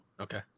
okay